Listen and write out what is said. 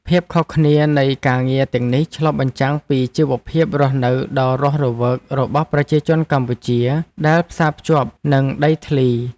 ភាពខុសគ្នានៃការងារទាំងនេះឆ្លុះបញ្ចាំងពីជីវភាពរស់នៅដ៏រស់រវើករបស់ប្រជាជនកម្ពុជាដែលផ្សារភ្ជាប់នឹងដីធ្លី។